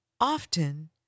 Often